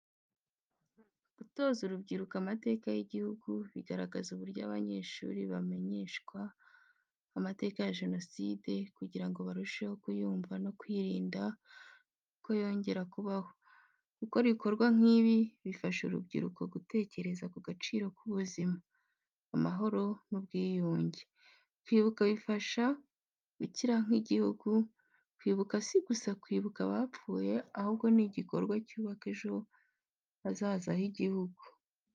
Gutoza urubyiruko amateka y’igihugu, bigaragaza uburyo abanyeshuri bamenyeshwa amateka ya Jenoside kugira ngo barusheho kuyumva no kwirinda ko yongera kubaho. Gukora ibikorwa nk'ibi bifasha urubyiruko gutekereza ku gaciro k’ubuzima, amahoro n'ubwiyunge. Kwibuka bifasha gukira nk’igihugu, kwibuka si gusa kwibuka abapfuye, ahubwo n'igikorwa cyubaka ejo hazaza h’igihugu.